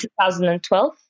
2012